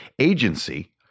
agency